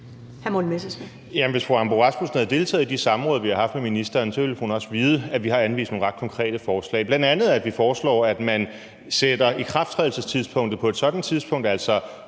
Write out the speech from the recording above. Ambo-Rasmussen havde deltaget i de samråd, vi har haft med ministeren, ville hun også vide, at vi har anvist nogle ret konkrete forslag. Vi foreslår bl.a., at man sætter ikrafttrædelsestidspunktet til et sådant tidspunkt, altså